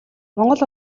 монгол